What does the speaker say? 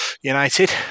United